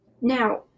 Now